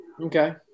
Okay